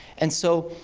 and so,